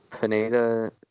Pineda